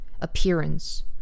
appearance